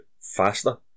faster